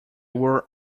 were